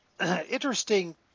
interesting